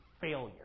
failure